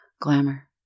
glamour